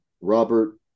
Robert